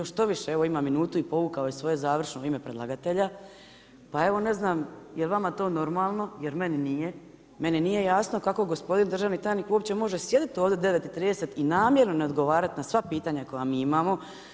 Štoviše, evo ima minutu i povukao je svoje završno u ime predlagatelja, pa evo ne znam jel' vama to normalno jer meni nije, meni nije jasno kako gospodin državni tajnik može uopće sjediti od 9 i 30 i namjerno ne odgovarati na sva pitanja koja mi imamo.